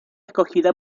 escogida